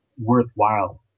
worthwhile